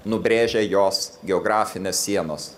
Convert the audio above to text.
nubrėžę jos geografines sienos